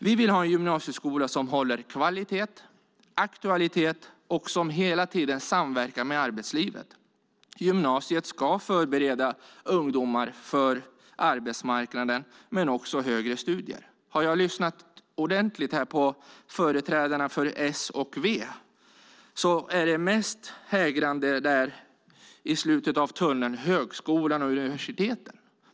Vi vill ha en gymnasieskola som håller hög kvalitet och aktualitet och som hela tiden samverkar med arbetslivet. Gymnasiet ska förbereda ungdomar för arbetsmarknaden och högre studier. Har jag lyssnat ordentligt på företrädarna för S och V är det mest hägrande i slutet av tunneln högskolan och universitetet.